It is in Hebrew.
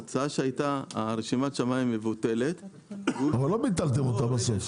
ההצעה הייתה שרשימת השמאים מבוטלת --- אבל לא ביטלתם אותה בסוף.